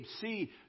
See